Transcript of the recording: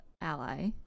ally